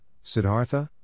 Siddhartha